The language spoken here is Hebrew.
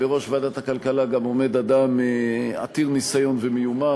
בראש ועדת הכלכלה עומד אדם עתיר ניסיון ומיומן,